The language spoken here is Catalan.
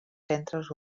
centres